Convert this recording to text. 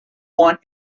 want